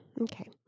okay